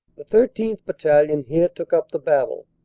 the thirteenth. battalion here took up the battle,